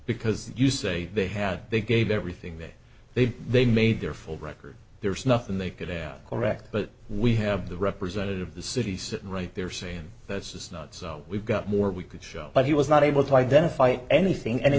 because you say they had they gave everything that they've they made their full record there's nothing they could have correct but we have the representative of the cities right there saying that's just not so we've got more we could show but he was not able to identify anything and it